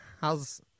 How's